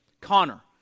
Connor